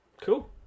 Cool